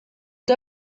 the